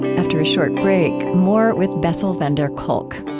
after a short break, more with bessel van der kolk.